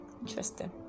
interesting